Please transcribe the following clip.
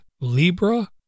Libra